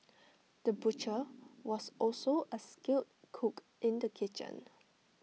the butcher was also A skilled cook in the kitchen